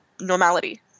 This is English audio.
normality